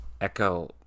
echo